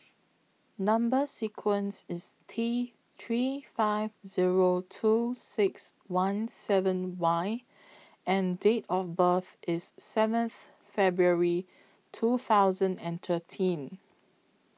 Number sequence IS T three five Zero two six one seven Y and Date of birth IS seventh February two thousand and thirteen